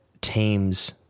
tames